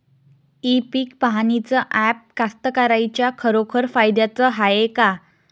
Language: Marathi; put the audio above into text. इ पीक पहानीचं ॲप कास्तकाराइच्या खरोखर फायद्याचं हाये का?